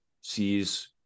sees